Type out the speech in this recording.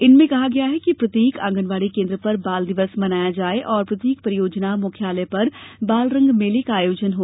इनमें कहा गया है कि प्रत्येक आंगनबाड़ी केन्द्र पर बाल दिवस मनाया जाये और प्रत्येक परियोजना मुख्यालय पर बालरंग मेले का आयोजन हो